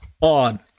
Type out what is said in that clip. on